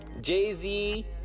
Jay-Z